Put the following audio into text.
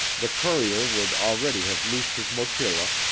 the courier would already have loosed his mochila,